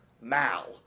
mal